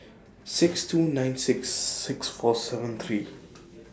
six two nine six six four seven three